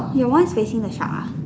your one is facing the shark ah